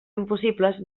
impossibles